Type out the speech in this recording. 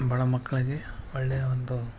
ಬಡ ಮಕ್ಳಳಿಗೆ ಒಳ್ಳೆಯ ಒಂದು